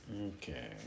Okay